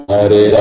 Hare